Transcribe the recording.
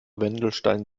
wendelstein